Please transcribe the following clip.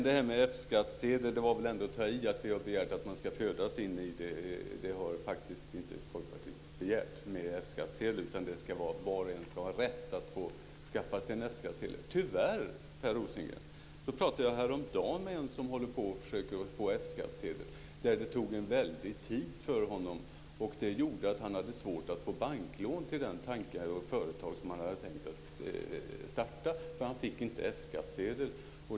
Det var väl att ta i att säga att vi har begärt att man ska födas till en F-skattsedel. Det har naturligtvis Folkpartiet inte begärt. Var och en ska ha rätt att få skaffa sig en F-skattesedel. Jag pratade häromdagen med en som försökte få en F-skattsedel, men det tog en väldigt lång tid för honom. Det gjorde att han hade svårt att få banklån för det företag som han hade tänkt att starta. Men han fick inte en F-skattsedel.